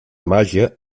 màgia